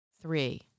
Three